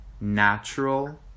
natural